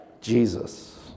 Jesus